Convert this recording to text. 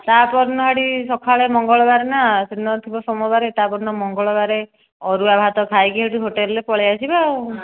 ତା'ପର ଦିନ ସେଠି ସକାଳେ ମଙ୍ଗଳବାର ନା ସେଦିନ ଥିବ ସୋମବାର ତା'ପର ଦିନ ଥିବ ମଙ୍ଗଳବାର ଅରୁଆ ଭାତ ଖାଇକି ସେଠୁ ହୋଟେଲ୍ରେ ପଳାଇ ଆସିବା ଆଉ